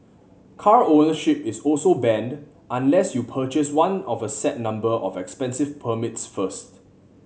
car ownership is also banned unless you purchase one of a set number of expensive permits first